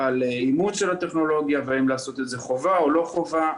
אימוץ של הטכנולוגיה והאם לעשות את זה חובה או לא חובה,